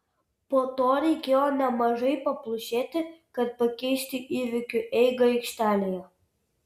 po to reikėjo nemažai paplušėti kad pakeisti įvykių eigą aikštelėje